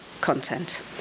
content